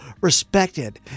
respected